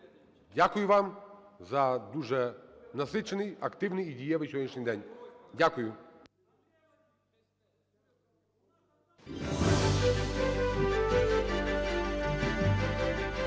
Дякую вам за дуже насичений, активний і дієвий сьогоднішній день. Дякую.